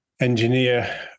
engineer